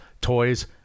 toys